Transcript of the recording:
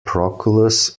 proclus